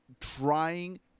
trying